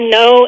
no